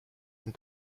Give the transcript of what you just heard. and